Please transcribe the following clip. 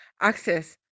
access